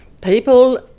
People